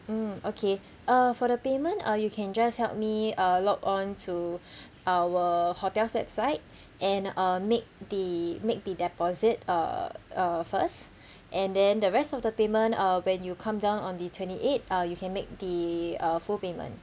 mm okay uh for the payment uh you can just help me uh log on to our hotel's website and uh make the make the deposit uh uh first and then the rest of the payment uh when you come down on the twenty eight uh you can make the uh full payment